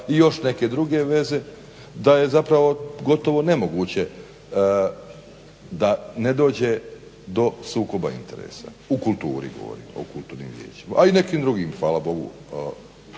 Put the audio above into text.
i još neke druge veze da je zapravo gotovo nemoguće da ne dođe do sukoba interesa. U kulturi govorim, o kulturnim vijećima, a i nekim drugim hvala Bogu